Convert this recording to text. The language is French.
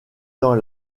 dans